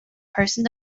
person